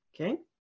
okay